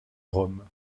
rome